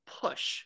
push